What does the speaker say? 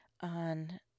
on